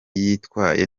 yitwaye